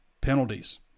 Penalties